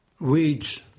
weeds